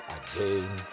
again